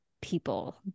people